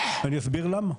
אני אסביר למה.